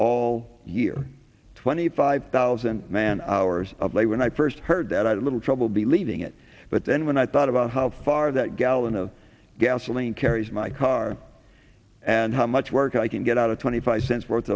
all year twenty five thousand man hours of light when i first heard that i little trouble believing it but then when i thought about how far that gallon of gasoline carries my car and how much work i can get out of twenty five cents worth